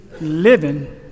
living